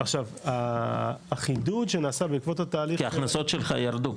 כי ההכנסות שלך ירדו,